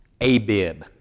Abib